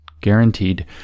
guaranteed